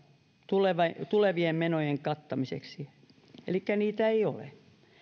tulevien tulevien menojen kattamiseksi on todellista elikkä niitä ei ole